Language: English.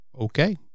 Okay